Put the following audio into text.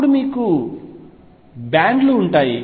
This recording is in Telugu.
అప్పుడు మీకు బ్యాండ్ లు ఉంటాయి